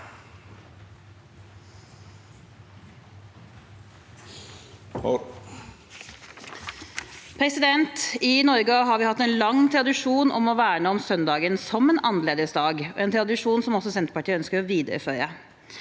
I Norge har vi hatt en lang tradisjon for å verne om søndagen som en annerledesdag, en tradisjon som også Senterpartiet ønsker å videreføre.